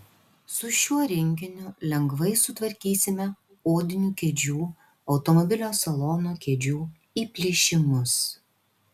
su šiuo rinkiniu lengvai sutvarkysime odinių kėdžių automobilio salono kėdžių įplyšimus